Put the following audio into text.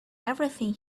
everything